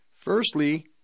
Firstly